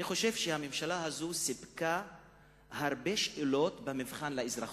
אני חושב שהממשלה הזאת סיפקה הרבה שאלות במבחן האזרחות,